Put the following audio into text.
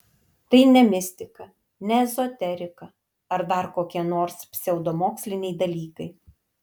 tai ne mistika ne ezoterika ar dar kokie nors pseudomoksliniai dalykai